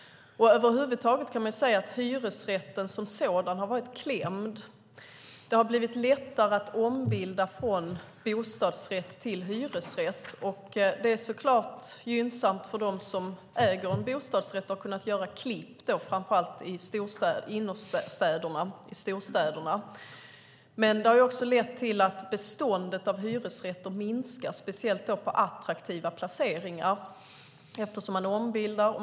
Man kan se att hyresrätten som sådan har varit klämd. Det har blivit lättare att ombilda från hyresrätt till bostadsrätt. Det är så klart gynnsamt för dem som äger en bostadsrätt och som har kunnat göra klipp, framför allt i innerstäderna i storstäderna. Men det har också lett till att beståndet av hyresrätter minskar, speciellt på attraktiva platser, eftersom man ombildar.